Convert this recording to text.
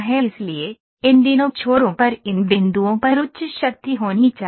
इसलिए इन दोनों छोरों पर इन बिंदुओं पर उच्च शक्ति होनी चाहिए